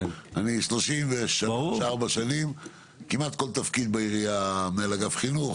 אני 33-34 שנים הייתי כמעט בכל תפקיד בעירייה: מנהל אגף חינוך,